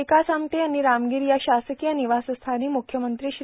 विकास आमटे यांनी रामगिरी या शासकीय निवासस्थानी मुख्यमंत्री श्री